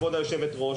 כבוד יושבת הראש,